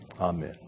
Amen